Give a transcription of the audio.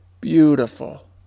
beautiful